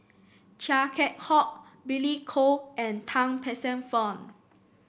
Chia Keng Hock Billy Koh and Tan Paey Fern